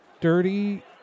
dirty